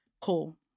Cool